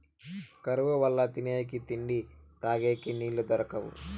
కరువు వల్ల తినేకి తిండి, తగేకి నీళ్ళు దొరకవు